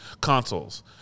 consoles